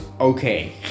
okay